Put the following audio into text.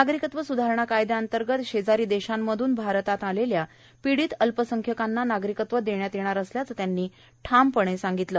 नागरीकत्व सुधारणा कायद्याअंतर्गत शेजारी देशांमधून भारतात आलेल्या पीडीत अल्पसंख्यकांना नागरीकत्व देण्यात येणार असल्याचं त्यांनी ठामपणे सांगितलं